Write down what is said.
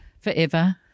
Forever